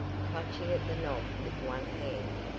clutching at the knob with one hand,